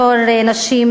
בתור נשים,